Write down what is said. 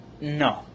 no